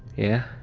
yeah?